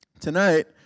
Tonight